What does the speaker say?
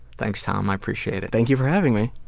thanks, tom, i appreciate it. thank you for having me.